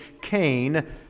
Cain